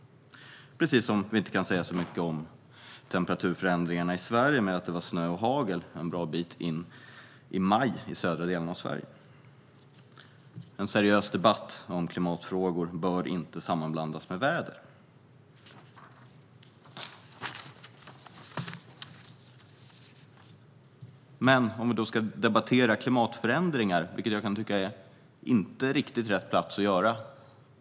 På samma sätt kan vi inte säga så mycket om temperaturförändringarna i Sverige med utgångspunkt i att det var snö och hagel en bra bit in i maj i södra delarna av Sverige. En seriös debatt om klimatfrågor bör inte sammanblandas med väder. Jag kan tycka att detta inte riktigt är rätt plats för att debattera klimatförändringar.